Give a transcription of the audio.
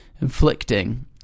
inflicting